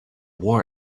war